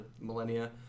millennia